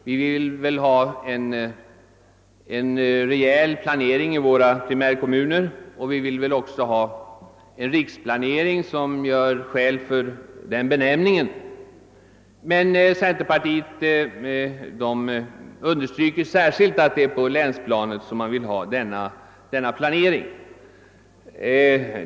Vi vill ha en rejäl planering i våra primärkommuner, och vi vill också ha en riksplanering som gör skäl för den benämningen. Centerpartiet understryker emellertid särskilt att man vill ha en planering på länsnivå.